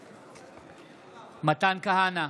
בעד מתן כהנא,